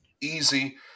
easy